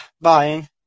Buying